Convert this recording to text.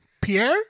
Pierre